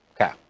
Okay